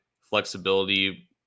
flexibility